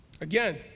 Again